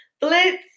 Blitz